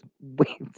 wait